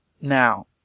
now